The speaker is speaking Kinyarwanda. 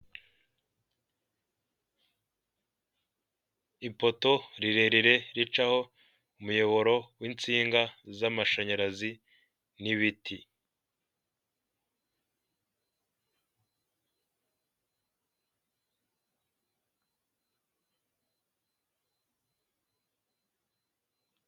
Ipoto rirerire, ricaho umuyoboro w'insinga z'amashanyarazi n'ibiti.